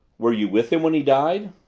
were you with him when he died?